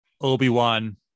Obi-Wan